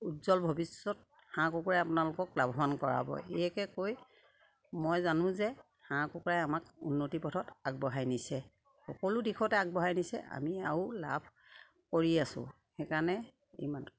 উজ্জ্বল ভৱিষ্যত হাঁহ কুকুৰা আপোনালোকক লাভৱান কৰাব এয়াকে কৈ মই জানো যে হাঁহ কুকুৰাই আমাক উন্নতি পথত আগবঢ়াই নিছে সকলো দিশতে আগবঢ়াই নিছে আমি আৰু লাভ কৰি আছোঁ সেইকাৰণে